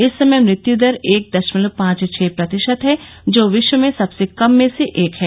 इस समय मृत्यु दर एक दशमलव पांच छह प्रतिशत है जो विश्व में सबसे कम में से एक है